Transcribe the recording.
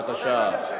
בבקשה.